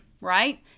Right